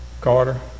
Carter